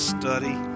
study